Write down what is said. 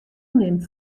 nimt